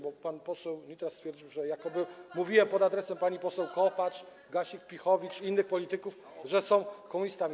Bo pan poseł Nitras stwierdził, jakobym mówił pod adresem pani poseł Kopacz, Gasiuk-Pihowicz i innych polityków, że są komunistami.